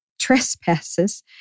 trespasses